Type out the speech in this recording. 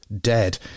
dead